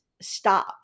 stop